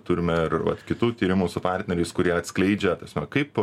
turime ir vat kitų tyrimų su partneriais kurie atskleidžia tasme kaip